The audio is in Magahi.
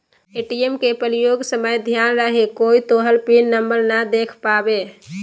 ए.टी.एम के प्रयोग समय ध्यान रहे कोय तोहर पिन नंबर नै देख पावे